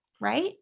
right